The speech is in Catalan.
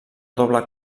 doble